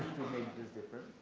make this different.